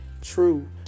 true